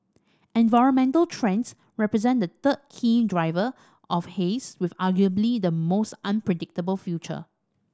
environmental trends represent the third key driver of haze with arguably the most unpredictable future